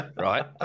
right